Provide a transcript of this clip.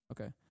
okay